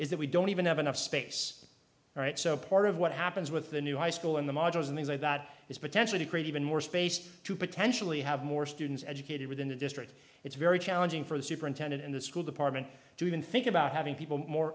is that we don't even have enough space right so part of what happens with the new high school in the modules in the way that is potentially create even more space to potentially have more students educated within the district it's very challenging for a superintendent in the school department to even think about having people more